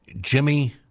Jimmy